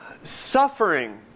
suffering